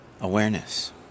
awareness